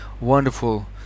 wonderful